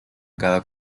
cada